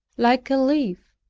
like a leaf,